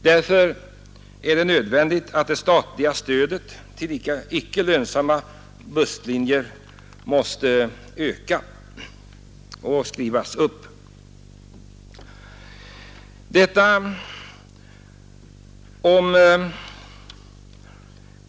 Därför är det nödvändigt att det statliga stödet till icke lönsamma busslinjer skrivs upp.